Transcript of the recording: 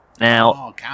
Now